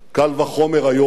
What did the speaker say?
קל וחומר היום.